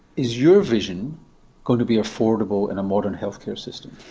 is your vision going to be affordable in a modern healthcare system?